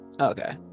Okay